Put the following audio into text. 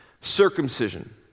Circumcision